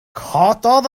cododd